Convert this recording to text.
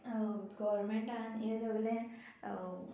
गोवोरमेंटान हे सगले